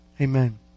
Amen